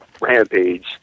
rampage